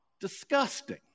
disgusting